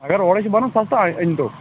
اگر اورے چھِی بَنان سَسہٕ أنۍ تَو